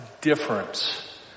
difference